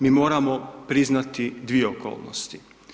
Mi moramo priznati dvije okolnosti.